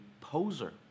poser